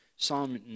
Psalm